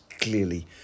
clearly